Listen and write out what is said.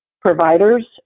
providers